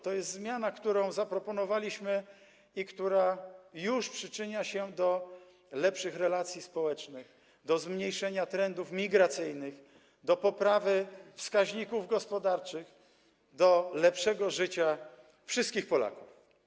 To jest zmiana, którą zaproponowaliśmy i która już przyczynia się do lepszych relacji społecznych, do zmniejszenia trendów migracyjnych, do poprawy wskaźników gospodarczych, do lepszego życia wszystkich Polaków.